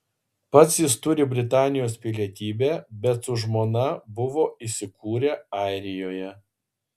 pats jis turi britanijos pilietybę bet su žmona buvo įsikūrę airijoje